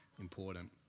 important